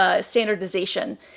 standardization